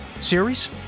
Series